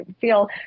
feel